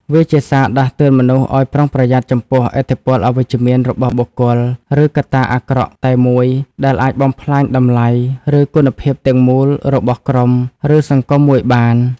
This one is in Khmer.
វាជាសារដាស់តឿនមនុស្សឲ្យប្រុងប្រយ័ត្នចំពោះ ឥទ្ធិពលអវិជ្ជមាន របស់បុគ្គល ឬកត្តាអាក្រក់តែមួយ ដែលអាចបំផ្លាញតម្លៃ ឬគុណភាពទាំងមូលរបស់ក្រុម ឬសង្គមមួយបាន។